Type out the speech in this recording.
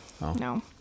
No